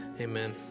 Amen